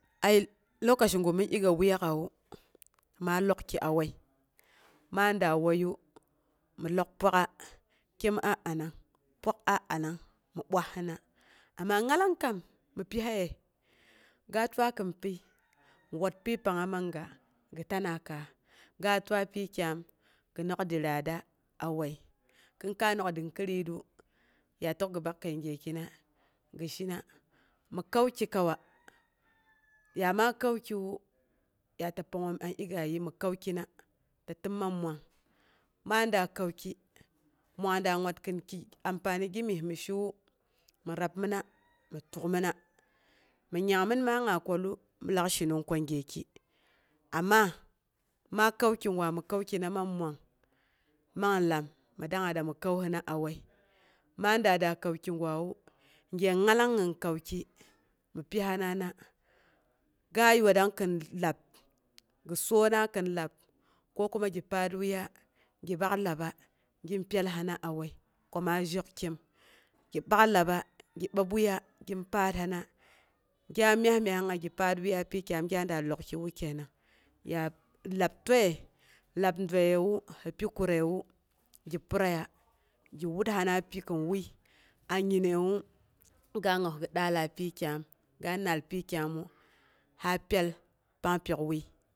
Aye, lokaci gu min ti iga wuyak'awu, ma lokki a wai maa daa waiyu, mi lok pwaida, kyem aa anang, pwak a anang mi ɓwashina ama ngalang kam mi pihaye, ga tua kinpyi, mi wat pyi pangnga mam ga, gi tana kaas, ga tua pyi kyam, gi nok dilaadra a wai, kinkai nok dinkiritu ya tək gi ɓak kəi gyekina gi shina, mi kanki kauwa, ya makaaki wu, ya ta pangngoom an iga yii mi kankina, ta tinn mam mwang, maa daa kauki marang da wat kinki anfani gimyes mi shiwu, mi rab minaa mi tukmina, mi nyangmin maa nga kwallu, min laak shanong ko gyeki, ama, maa kan kigwa mi kankina man mwang man lam nu dangnga a dami kauhina a wai, maa əaa da kaukigwan gye ngalang gin kanki mi pi hinana, ga watrang kin lab, gi soona kin lab, ko kuma gi paar waiya, gi bak taba gim pyalhena a wai ko ma zhokkyeem, gi bah laba, gi bəa wuiya gin paarhana gin gya myas- myahanga gi paar wuiya pyi kyaan gya da lokkiwu kenang, ya lab twaye, lab duayewu, hi bi kuregewu gi puraiya gi wathina ti kin wui a nyiyewu, ga os gi daala pyi kyaam, ga nal pyi kyaamu na pyal pang pyok wai.